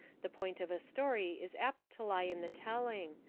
the point of a story is apt to lie in the telling,